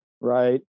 right